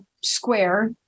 square